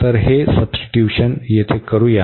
तर हे इथे करूया